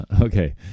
okay